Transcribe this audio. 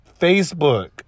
Facebook